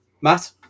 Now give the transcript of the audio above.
matt